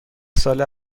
ساله